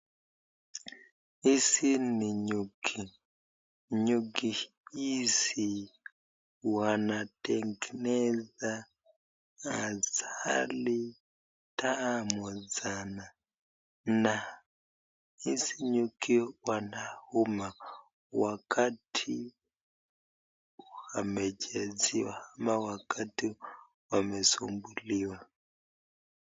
Hizi ni nyuki, nyuki hizi wanatengeneza asali tamu sana, na hizi nyuki wanauma wakati wamechezewa ama wakati wamesumbuliwa.